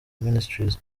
ministries